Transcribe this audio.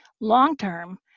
long-term